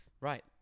Right